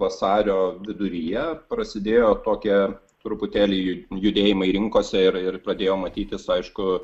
vasario viduryje prasidėjo tokia truputėlį judėjimai rinkose ir ir pradėjo matytis aišku